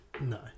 No